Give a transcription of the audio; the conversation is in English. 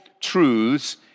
truths